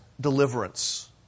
deliverance